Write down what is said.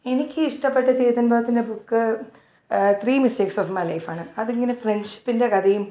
എനിക്ക് ഇഷ്ടപ്പെട്ട ചേതൻ ഭഗത്തിന്റെ book three mistakes of my ലൈഫാണ് അതിങ്ങനെ ഫ്രെണ്ട്ഷിപ്പിന്റെ കഥയും